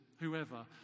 whoever